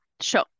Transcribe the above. Sure